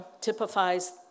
typifies